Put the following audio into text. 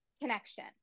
connection